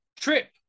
Trip